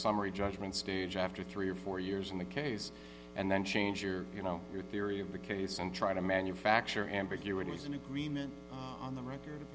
summary judgment stage after three or four years in the case and then change your you know your theory of the case and try to manufacture ambiguities and agreement on the record